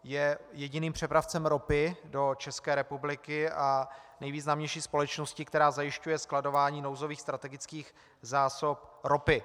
Je jediným přepravcem ropy do České republiky a nejvýznamnější společností, která zajišťuje skladování nouzových strategických zásob ropy.